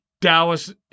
Dallas